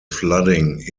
flooding